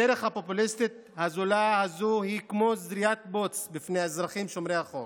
הדרך הפופוליסטית הזולה הזאת היא כמו זריקת בוץ בפני אזרחים שומרי החוק